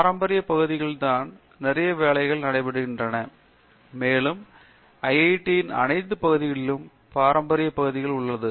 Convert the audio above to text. பாரம்பரியப் பகுதியில்தான் நிறைய வேலைகள் நடைபெற்றுள்ளன மேலும் ஐஐடியின் அனைத்துப் பகுதிகளிலும் பாரம்பரிய பகுதிகளிலும் உள்ளது